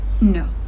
No